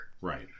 Right